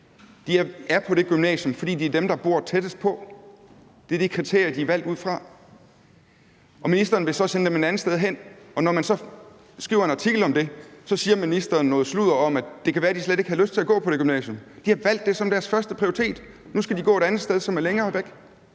De er på det gymnasium, fordi de er dem, der bor tættest på. Det er de kriterier, de er valgt ud fra. Og ministeren vil så sende dem et andet sted hen. Når man skriver en artikel om det, siger ministeren noget sludder om, at det kan være, at de slet ikke havde lyst til at gå på det gymnasium. De har valgt det som deres første prioritet. Nu skal de gå et andet sted, som er længere væk.